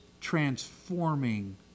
transforming